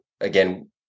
again